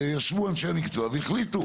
וישבו אנשי המקצוע והחליטו.